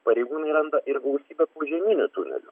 pareigūnai randa ir gausybę požeminių tunelių